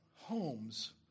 homes